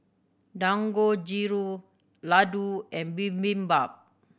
Dangojiru Ladoo and Bibimbap